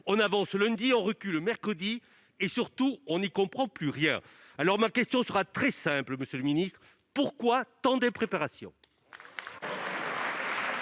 On avance lundi, on recule mercredi et, surtout, on n'y comprend plus rien ! Alors, ma question est très simple, monsieur le ministre : pourquoi tant d'impréparation ?